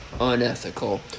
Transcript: unethical